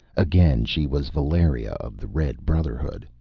again she was valeria of the red brotherhood,